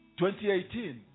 2018